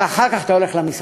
אבל אחר כך אתה הולך למסעדה.